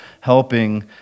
helping